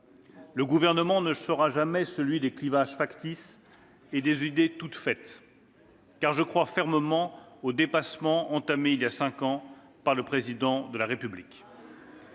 Mon gouvernement ne sera jamais celui des clivages factices et des idées toutes faites, car je crois fermement au dépassement entamé il y a cinq ans par le Président de la République.